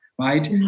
Right